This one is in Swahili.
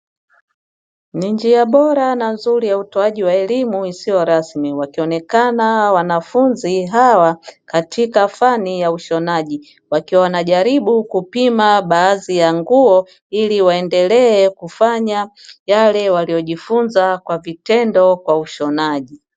Ni njia bora na nzuri ya utoaji wa elimu isiyo rasmi wakionekana wanafunzi hawa katika fani ya ushonaji, wakiwa wanajaribu kupima baadhi ya nguo ili waendelee kufanya yale waliyojifunza kwa vitendo kwa ushonaji.